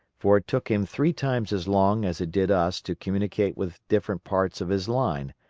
for it took him three times as long as it did us to communicate with different parts of his line,